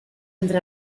entre